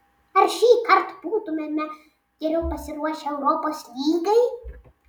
ar šįkart būtumėme geriau pasiruošę europos lygai